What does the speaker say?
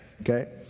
Okay